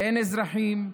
אין אזרחים,